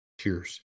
Cheers